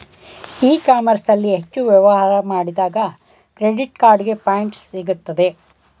E commerce ಅಲ್ಲಿ ಹೆಚ್ಚು ವ್ಯವಹಾರ ಮಾಡಿದಾಗ ಕ್ರೆಡಿಟ್ ಕಾರ್ಡಿಗೆ ಪಾಯಿಂಟ್ಸ್ ಸಿಗುತ್ತದೆ